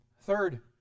Third